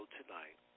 tonight